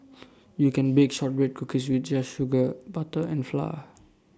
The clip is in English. you can bake Shortbread Cookies with just sugar butter and flour